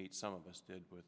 meet some of us did with